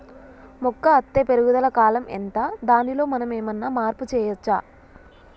మొక్క అత్తే పెరుగుదల కాలం ఎంత దానిలో మనం ఏమన్నా మార్పు చేయచ్చా?